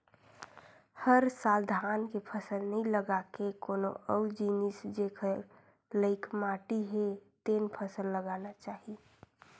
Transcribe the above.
हर साल धान के फसल नइ लगा के कोनो अउ जिनिस जेखर लइक माटी हे तेन फसल लगाना चाही